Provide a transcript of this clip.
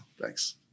Thanks